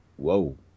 whoa